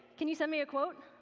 can you send me a quote?